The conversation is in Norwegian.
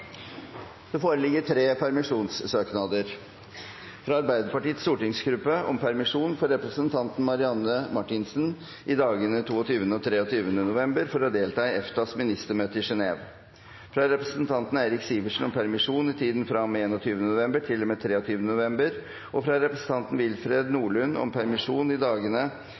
Det foreligger tre permisjonssøknader: fra Arbeiderpartiets stortingsgruppe om permisjon for representanten Marianne Marthinsen i dagene 22. og 23. november for å delta i EFTAs ministermøte i Genève fra representanten Eirik Sivertsen om permisjon i tiden fra og med 21. november til og med 23. november, og fra representanten Willfred Nordlund om permisjon i dagene